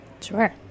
sure